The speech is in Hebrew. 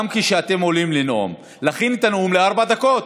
גם כשאתם עולים לנאום, להכין את הנאום לארבע דקות.